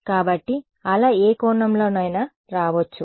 కాబట్టి అల ఏ కోణంలోనైనా రావచ్చు